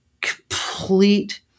complete